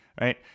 right